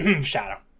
Shadow